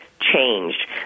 changed